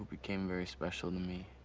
became very special to me,